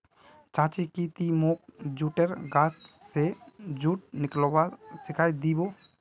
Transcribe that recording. चाचा की ती मोक जुटेर गाछ स जुट निकलव्वा सिखइ दी बो